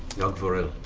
yug'voril.